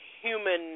human